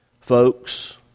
Folks